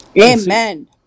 Amen